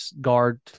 guard